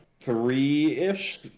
three-ish